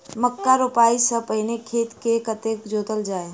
मक्का रोपाइ सँ पहिने खेत केँ कतेक जोतल जाए?